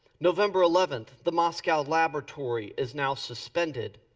november eleventh, the moscow laboratory is now suspended.